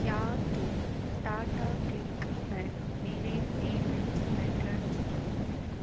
کیا تم ٹاٹا کلک پر میرے پیمینٹس میتھڈز کی